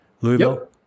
Louisville